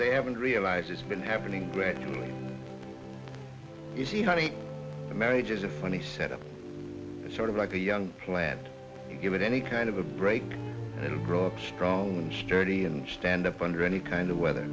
they haven't realized it's been happening gradually you see honey the marriage is a funny set up sort of like a young plant give it any kind of a break and grow up strong and sturdy and stand up under any kind of weather